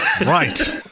right